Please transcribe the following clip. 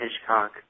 Hitchcock